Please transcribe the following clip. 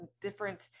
different